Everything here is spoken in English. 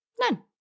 None